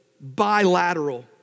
bilateral